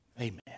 Amen